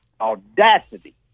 audacity